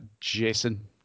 Jason